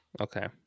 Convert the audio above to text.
Okay